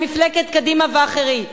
מפלגת קדימה ואחרים.